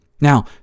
now